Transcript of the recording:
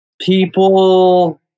people